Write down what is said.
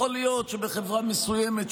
יכול להיות שבחברה מסוימת,